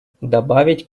добавить